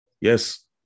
yes